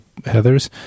heathers